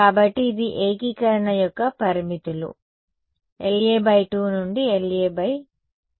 కాబట్టి ఇది ఏకీకరణ యొక్క పరిమితులు− LA 2 నుండి LA 2